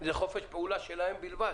זה חופש פעולה שלהם בלבד.